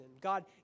God